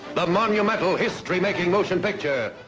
the monumental history-making motion picture.